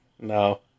No